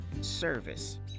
service